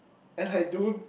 and I don't